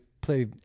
play